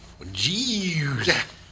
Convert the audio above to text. Jeez